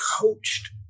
coached